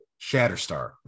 Shatterstar